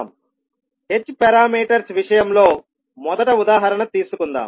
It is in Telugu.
h పారామీటర్స్ విషయంలో మొదట ఉదాహరణ తీసుకుందాం